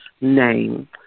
name